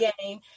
game